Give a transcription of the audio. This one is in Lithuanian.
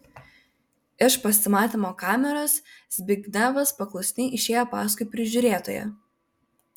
iš pasimatymo kameros zbignevas paklusniai išėjo paskui prižiūrėtoją